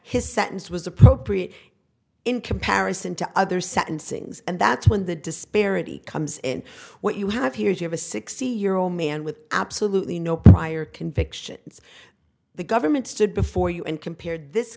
his sentence was appropriate in comparison to other sentencings and that's when the disparity comes in what you have here is you have a sixty year old man with absolutely no prior convictions the government stood before you and compared this